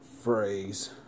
phrase